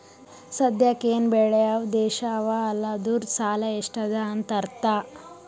ಸದ್ಯಾಕ್ ಎನ್ ಬೇಳ್ಯವ್ ದೇಶ್ ಅವಾ ಅಲ್ಲ ಅದೂರ್ದು ಸಾಲಾ ಎಷ್ಟ ಅದಾ ಅಂತ್ ಅರ್ಥಾ